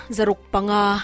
Zarukpanga